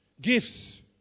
gifts